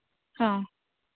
ᱦᱚᱸ